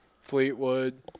Fleetwood